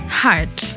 heart